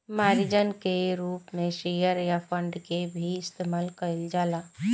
margin के रूप में शेयर या बांड के भी इस्तमाल कईल जा सकेला